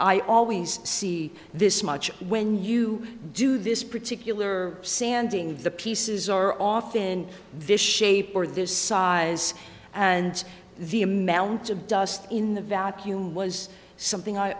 i always see this much when you do this particular sanding the pieces are off in this shape or this size and the amount of dust in the vacuum was something i